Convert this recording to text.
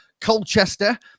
Colchester